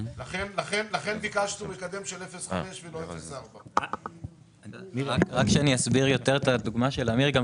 לכן ביקשנו מקדם של 0.5 ולא 0.4. אסביר את הדוגמה של אמיר.